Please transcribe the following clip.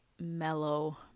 mellow